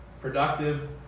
productive